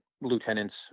lieutenants